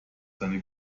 seine